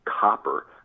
copper